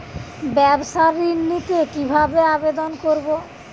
ব্যাবসা ঋণ নিতে কিভাবে আবেদন করব?